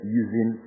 using